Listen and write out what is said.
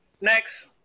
Next